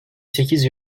sekiz